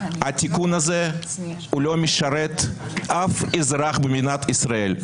התיקון הזה לא משרת אף אזרח במדינת ישראל.